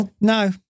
No